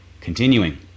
Continuing